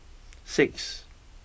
six